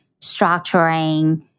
structuring